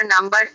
number